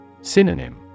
Synonym